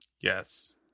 Yes